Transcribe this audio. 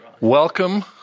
Welcome